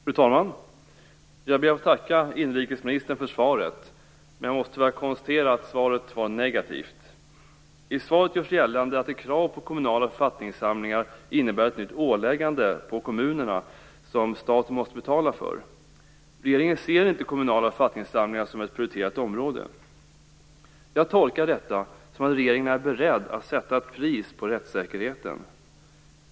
Fru talman! Jag ber att få tacka inrikesministern för svaret. Men jag måste tyvärr konstatera att svaret var negativt. I svaret görs gällande att ett krav på kommunala författningssamlingar innebär ett nytt åläggande på kommunerna som staten måste betala för. Regeringen ser inte kommunala författningssamlingar som ett prioriterat område. Jag tolkar detta som att regeringen är beredd att sätta ett pris på rättssäkerheten.